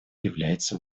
является